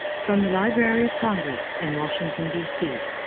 from the library of congress in washington, d c.